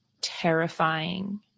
terrifying